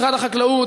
משרד החקלאות,